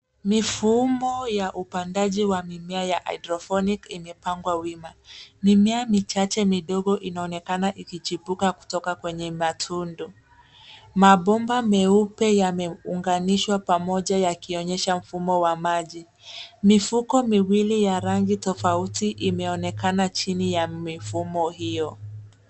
Mifumo ya upandaji wa mimea ya hydroponic imepangwa wima. Mimea michache midogo inaonekana ikichipuka kutoka kwenye matundu. Mabomba meupe yameunganishwa pamoja yakionyesha mfumo wa maji. Mifuko miwili ya rangi tofauti imeonekana chini ya mifumo hiyo.